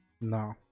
no